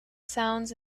sounds